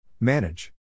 Manage